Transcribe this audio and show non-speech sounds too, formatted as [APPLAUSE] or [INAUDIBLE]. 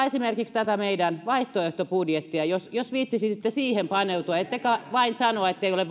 [UNINTELLIGIBLE] esimerkiksi tätä meidän vaihtoehtobudjettiamme jos jos viitsisitte siihen paneutua ettekä vain sanoisi ettei ole [UNINTELLIGIBLE]